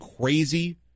crazy